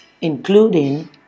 including